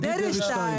מי נגד?